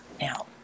now